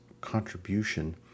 contribution